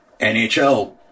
NHL